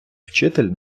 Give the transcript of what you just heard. вчитель